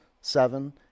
seven